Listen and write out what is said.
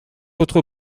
votre